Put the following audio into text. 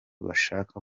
bashaka